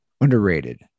Underrated